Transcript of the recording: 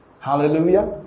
Hallelujah